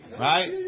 Right